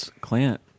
Clint